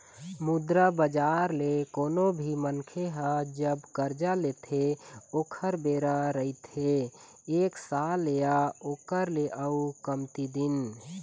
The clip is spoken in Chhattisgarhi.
मुद्रा बजार ले कोनो भी मनखे ह जब करजा लेथे ओखर बेरा रहिथे एक साल या ओखर ले अउ कमती दिन